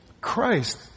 Christ